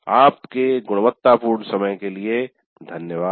आपके गुणवत्तापूर्ण समय के लिए धन्यवाद